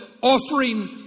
offering